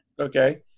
Okay